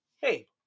Hey